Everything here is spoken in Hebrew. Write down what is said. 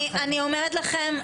אני אומרת לכם,